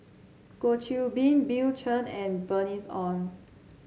Goh Qiu Bin Bill Chen and Bernice Ong